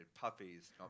puppies